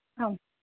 आम्